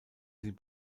sie